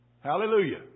Hallelujah